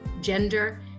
gender